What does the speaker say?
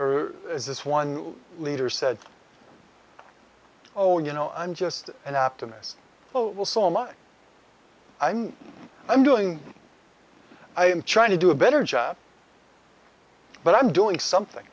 or is this one leader said oh you know i'm just an optimist but will so much i'm i'm doing i am trying to do a better job but i'm doing something